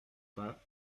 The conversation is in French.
pas